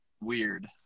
weird